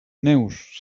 neus